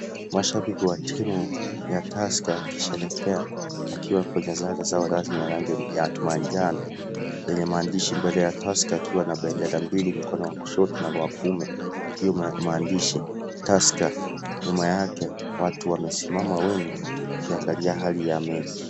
Mashabiki wa timu ya Tusker wakisherehekea wakiwa kwenye sare zao rasmi ya rangi ya manjano yenye maandishi mbele ya Tusker akiwa na bendera mbili mkono wa kushoto na wa kuume ukiwa maandishi Tusker, nyuma yake watu wamesimama wengi wakiangalia hali ya mechi.